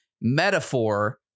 metaphor